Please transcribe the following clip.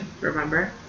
Remember